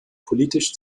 politisch